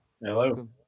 Hello